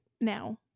now